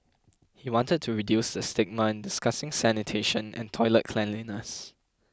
he wanted to reduce the stigma in discussing sanitation and toilet cleanliness